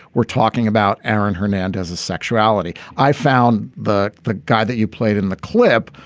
we're talking about aaron hernandez's sexuality. i found the the guy that you played in the clip,